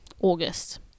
August